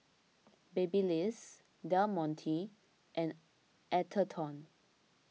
Babyliss Del Monte and Atherton